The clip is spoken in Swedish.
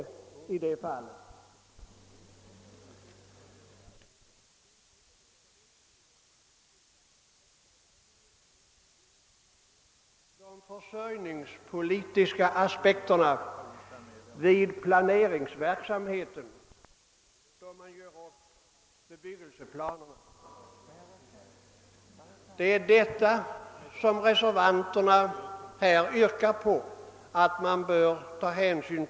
Såvitt jag vet tar man inte hänsyn till de försörjningspolitiska aspekterna då man gör upp bebyggelseplanerna. Vad reservanterna yrkar på är att man skall ta sådan hänsyn.